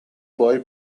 boy